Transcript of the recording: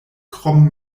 krom